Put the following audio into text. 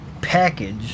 package